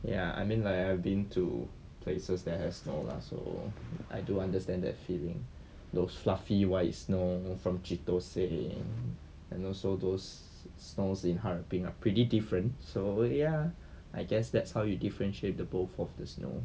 ya I mean like I've been to places that has snow lah so I do understand that feeling those fluffy white snow from chitose and also those snows in 哈尔滨 pretty different so ya I guess that's how you differentiate the both of the snow